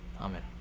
Amen